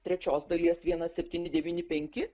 trečios dalies vienas septyni devyni penki